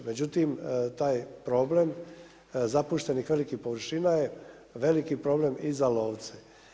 Međutim, taj problem zapuštenih velikih površina je veliki problem i za lovce.